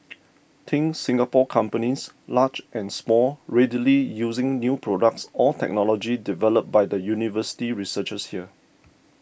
think Singapore companies large and small readily using new products or technology developed by the university researchers here